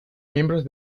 miembros